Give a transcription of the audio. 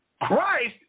Christ